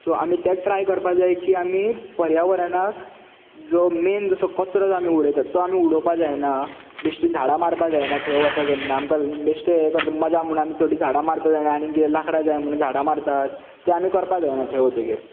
so आमी तेच try करपाक जाय की आमी पर्यावरणाक जो मेन जसो कचरो आमी उडयतात तो आमी उडोवपाक जायना बेश्टी झाडां मारपाक जायना थंय वता तेन्ना बेश्टे हे मजा म्हणून झाडां मारता आनी आनीक कितें जाय म्हूण लाकडां जाय म्हणून झाडां मारतात ते आमी करपाक जायना थंय वतकीर